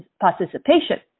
participation